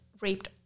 raped